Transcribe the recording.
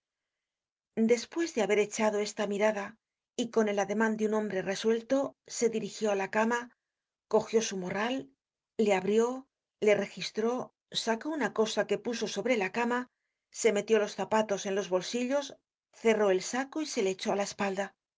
despues de haber echado esta mirada y con el ademan de un hombre resuelto se dirigió á la cama cogió su morral le abrió le registró sacó un cosa que puso sobre la cama se metió los zapatos en los bolsillos cerró el saco y se le echó á la espalda